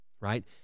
Right